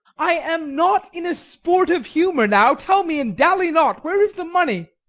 i am not in a sportive humour now tell me, and dally not, where is the money?